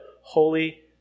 holy